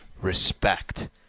respect